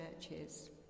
churches